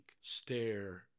stare